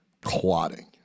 clotting